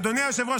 אדוני היושב-ראש,